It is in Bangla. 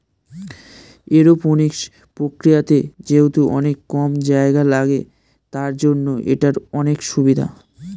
এরওপনিক্স প্রক্রিয়াতে যেহেতু অনেক কম জায়গা লাগে, তার জন্য এটার অনেক সুভিধা